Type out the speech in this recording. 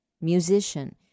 musician